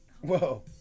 Whoa